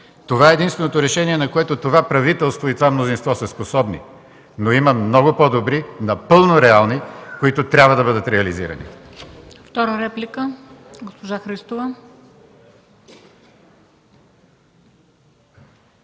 Това е единственото решение, на което това правителство и това мнозинство са способни, но има много по-добри, напълно реални, които трябва да бъдат реализирани.